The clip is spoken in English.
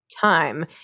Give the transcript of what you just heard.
time